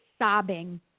sobbing